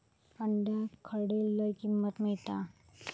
अंड्याक खडे लय किंमत मिळात?